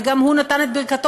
וגם הוא נתן את ברכתו,